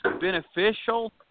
beneficial